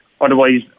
otherwise